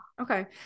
okay